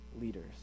leaders